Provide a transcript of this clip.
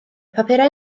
papurau